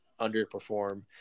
underperform